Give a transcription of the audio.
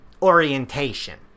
Orientation